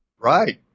Right